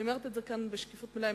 אני אומרת את זה כאן בשקיפות מלאה,